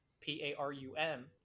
P-A-R-U-N